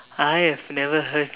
I have never heard